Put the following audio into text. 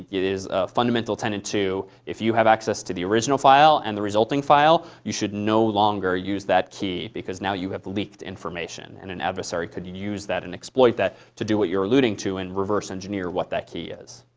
it is a fundamental tenet to, if you have access to the original file and the resulting file, you should no longer use that key because now you have leaked information. and an adversary could use that and exploit that to do what you're alluding to, and reverse engineer what that key is.